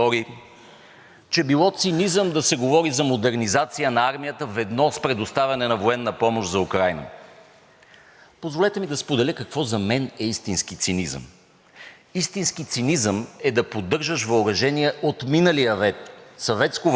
Позволете ми да споделя какво за мен е истински цинизъм. Истински цинизъм е да поддържаш въоръжение от миналия век – съветско въоръжение, и да твърдиш, че искаш боеспособна Българска армия, която да осигурява нашата сигурност. Това е цинизъм!